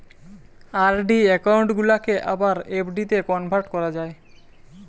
RD account গুলাকে আবার এফ.ডিতে কনভার্ট করা যায়